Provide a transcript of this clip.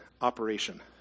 Operation